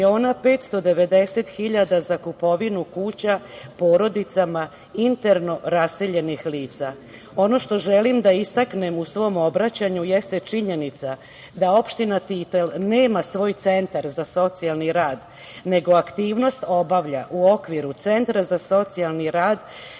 miliona 590 hiljada za kupovinu kuća porodicama interno raseljenih lica. Ono što želim da istaknem u svom obraćanju jeste činjenica da opština Titel nema svoj centar za socijalni rad, nego aktivnost obavlja u okviru Centra za socijalni rad